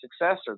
successor